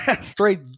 Straight